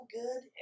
good